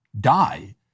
die